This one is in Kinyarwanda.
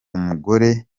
umugore